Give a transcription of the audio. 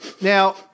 Now